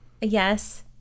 Yes